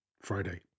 Friday